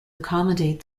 accommodate